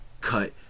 Cut